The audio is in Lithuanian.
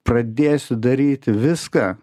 pradėsiu daryti viską